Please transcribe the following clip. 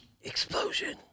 Explosion